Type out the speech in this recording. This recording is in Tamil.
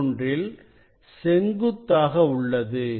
மற்றொன்றில் செங்குத்தாக உள்ளது